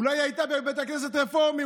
אולי היא הייתה בבית כנסת רפורמי,